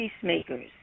peacemakers